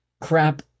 crap